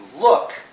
look